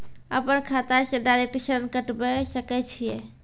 अपन खाता से डायरेक्ट ऋण कटबे सके छियै?